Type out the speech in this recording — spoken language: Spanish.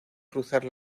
cruzar